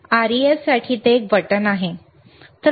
तर REF साठी ते एक बटण आहे ठीक आहे